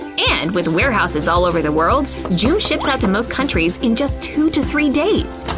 and with warehouses all over the world, joom ships out to most countries in just two to three days!